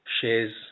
shares